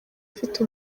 afite